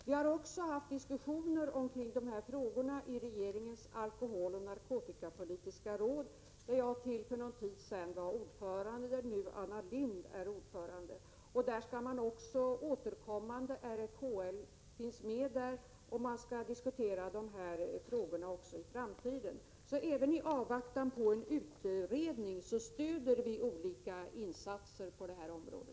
Vi har också haft diskussioner omkring de här frågorna i regeringens alkoholoch narkotikapolitiska råd, där jag till för någon tid sedan var ordförande och där nu Anna Lindh är ordförande. RFHL finns med även där, och man skall återkommande diskutera dessa frågor också i framtiden. Även i avvaktan på en utredning stöder vi alltså olika insatser på detta område.